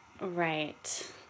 Right